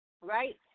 right